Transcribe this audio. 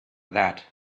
that